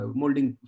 molding